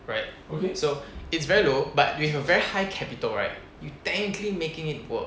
right so it's very low but with a very high capital right you technically making it work